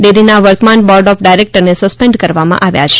ડેરીના વર્તમાન board of ડાયરેક્ટરને સસ્પેન્ડ કરવામાં આવ્યાં છે